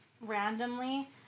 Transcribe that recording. randomly